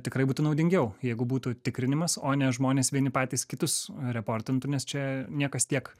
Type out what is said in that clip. tikrai būtų naudingiau jeigu būtų tikrinimas o ne žmonės vieni patys kitus reportintų nes čia niekas tiek